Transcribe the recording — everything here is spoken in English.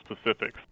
specifics